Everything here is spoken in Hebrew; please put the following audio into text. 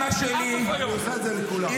אעשה את זה לכולם.